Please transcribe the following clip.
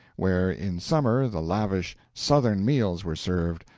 where in summer the lavish southern meals were served,